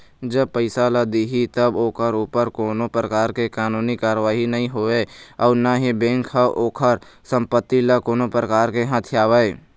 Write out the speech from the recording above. जब पइसा ल दिही तब ओखर ऊपर कोनो परकार ले कानूनी कारवाही नई होवय अउ ना ही बेंक ह ओखर संपत्ति ल कोनो परकार ले हथियावय